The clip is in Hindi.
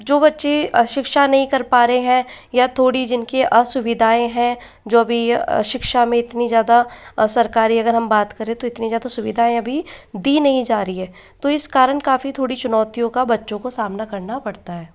जो बच्चे शिक्षा नहीं कर पा रहे हैं या थोड़ी जिनकी असुविधाएँ हैं जो अभी शिक्षा में इतनी ज़्यादा सरकारी अगर हम बात करें तो इतनी ज़्यादा सुविधाएं अभी दी नहीं रही हैं तो इस कारण काफ़ी थोड़ी चुनौतियों का बच्चों को सामना करना पड़ता है